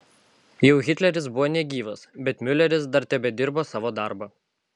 jau hitleris buvo negyvas bet miuleris dar tebedirbo savo darbą